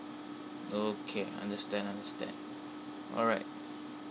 okay understand understand all right